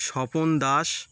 Swapan Das